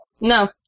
No